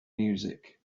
music